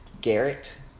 Garrett